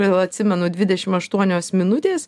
vėl atsimenu dvidešim aštuonios minutės